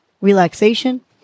relaxation